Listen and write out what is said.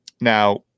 now